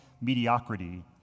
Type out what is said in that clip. mediocrity